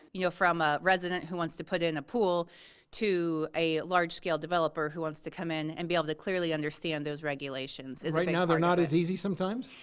you know from a resident who wants to put in a pool to a large scale developer who wants to come in and be able to clearly understand those regulations. right now they're not as easy sometimes?